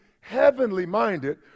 heavenly-minded